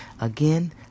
Again